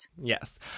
Yes